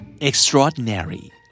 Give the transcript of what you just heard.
Extraordinary